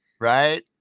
right